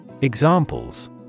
Examples